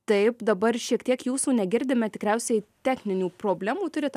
taip dabar šiek tiek jūsų negirdime tikriausiai techninių problemų turit